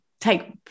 take